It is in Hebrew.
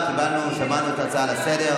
קיבלנו, שמענו את ההצעה לסדר.